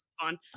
fun